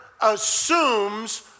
assumes